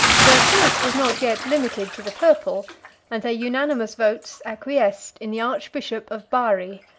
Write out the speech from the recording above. their choice was not yet limited to the purple and their unanimous votes acquiesced in the archbishop of bari,